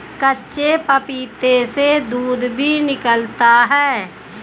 कच्चे पपीते से दूध भी निकलता है